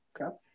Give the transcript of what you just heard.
okay